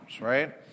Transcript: right